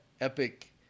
epic